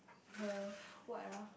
her what ah